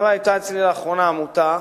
היתה אצלי לאחרונה עמותה